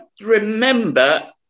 remember